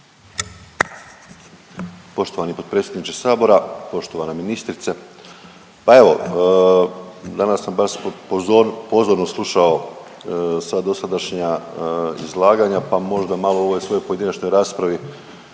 Poštovani potpredsjedniče Sabora, poštovana ministrice. Pa evo danas sam baš pozorno slušao sva dosadašnja izlaganja pa možda malo u ovoj svojoj pojedinačnoj raspravi